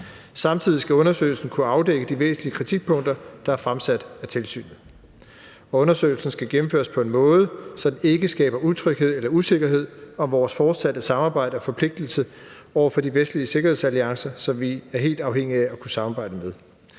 Samtidig skal undersøgelsen kunne afdække de væsentlige kritikpunkter, der er fremsat af tilsynet, og undersøgelsen skal gennemføres på en måde, så det ikke skaber utryghed eller usikkerhed om vores fortsatte samarbejde med og forpligtelse over for de vestlige sikkerhedsalliancer, som vi er helt afhængige af at kunne samarbejde med.